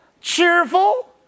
cheerful